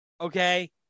okay